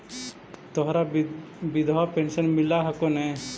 तोहरा विधवा पेन्शन मिलहको ने?